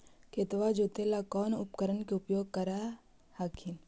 खेतबा जोते ला कौन उपकरण के उपयोग कर हखिन?